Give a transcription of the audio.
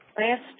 Last